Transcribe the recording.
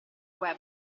web